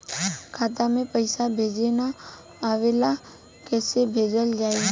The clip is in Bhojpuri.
खाता में पईसा भेजे ना आवेला कईसे भेजल जाई?